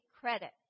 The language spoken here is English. credit